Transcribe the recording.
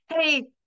Hey